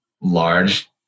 large